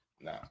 Nah